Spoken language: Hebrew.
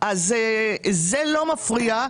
זה לא מפריע.